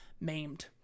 maimed